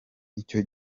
icyo